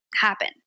happen